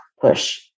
push